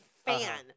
fan